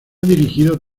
dirigido